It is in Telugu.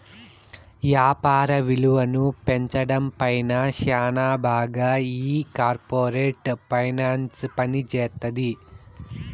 యాపార విలువను పెంచడం పైన శ్యానా బాగా ఈ కార్పోరేట్ ఫైనాన్స్ పనిజేత్తది